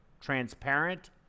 transparent